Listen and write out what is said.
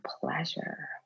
pleasure